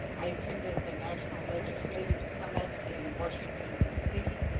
i attended the national legislative summit in washington d c.